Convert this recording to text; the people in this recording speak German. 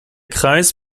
kreis